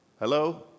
hello